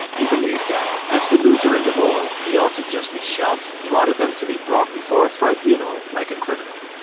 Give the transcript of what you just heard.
he believed that, as the loser in the war, he ought to just be shot, rather than be brought before a tribunal like a criminal.